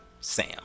Sam